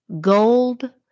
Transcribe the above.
gold